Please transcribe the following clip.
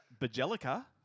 Bajelica